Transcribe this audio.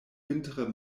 vintre